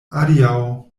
adiaŭ